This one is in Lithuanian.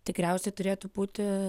tikriausiai turėtų būti